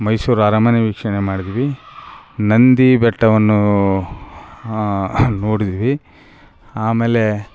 ಮೈಸೂರು ಅರಮನೆ ವೀಕ್ಷಣೆ ಮಾಡಿದ್ದೀವಿ ನಂದಿ ಬೆಟ್ಟವನ್ನು ನೋಡಿದ್ದೀವಿ ಆಮೇಲೆ